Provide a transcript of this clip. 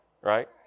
right